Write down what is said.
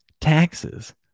taxes